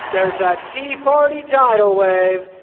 there's a tea party tidal wave,